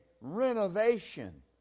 renovation